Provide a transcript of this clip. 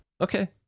okay